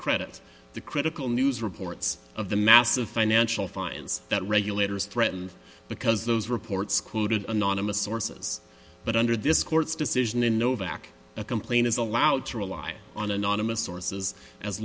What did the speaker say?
credit the critical news reports of the massive financial fines that regulators threatened because those reports quoted anonymous sources but under this court's decision in nowak a complaint is allowed to rely on anonymous sources as